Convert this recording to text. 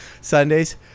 Sundays